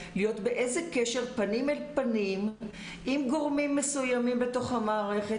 להיות באיזה קשר פנים אל פנים עם גורמים מסוימים בתוך המערכת,